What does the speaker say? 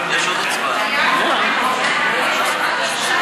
החוץ וההסברה, התשע"ה 2015,